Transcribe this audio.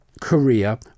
Korea